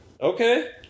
Okay